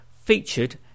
featured